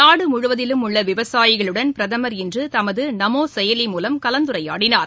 நாடுமுழுவதிலும் உள்ளவிவசாயிகளுடன் பிரதமர் இன்றுதமதுநமோசெயலி மூலம் கலந்துரையாடினார்